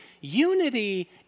Unity